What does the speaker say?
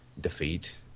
defeat